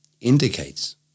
indicates